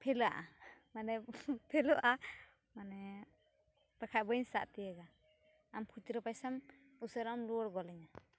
ᱯᱷᱮᱞᱚᱜᱼᱟ ᱢᱟᱱᱮ ᱯᱷᱮᱞᱚᱜᱼᱟ ᱢᱟᱱᱮ ᱵᱟᱠᱷᱟᱱ ᱵᱟᱹᱧ ᱥᱟᱵ ᱛᱤᱭᱩᱜᱟ ᱟᱢ ᱠᱷᱩᱪᱨᱟᱹ ᱯᱟᱭᱥᱟ ᱩᱥᱟᱹᱨᱟᱢ ᱨᱩᱭᱟᱹᱲ ᱜᱚᱫ ᱟᱹᱧᱟ